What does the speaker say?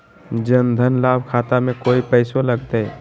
जन धन लाभ खाता में कोइ पैसों लगते?